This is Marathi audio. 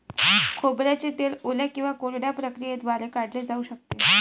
खोबऱ्याचे तेल ओल्या किंवा कोरड्या प्रक्रियेद्वारे काढले जाऊ शकते